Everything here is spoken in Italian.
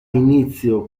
inizio